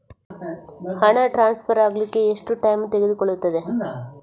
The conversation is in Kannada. ಹಣ ಟ್ರಾನ್ಸ್ಫರ್ ಅಗ್ಲಿಕ್ಕೆ ಎಷ್ಟು ಟೈಮ್ ತೆಗೆದುಕೊಳ್ಳುತ್ತದೆ?